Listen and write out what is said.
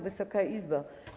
Wysoka Izbo!